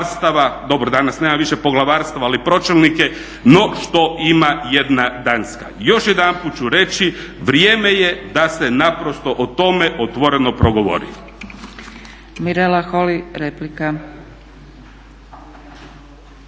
dobro danas nema više poglavarstava ali pročelnike, no što ima jedna Danska. Još jedanput ću reći, vrijeme je da se naprosto o tome otvoreno progovori.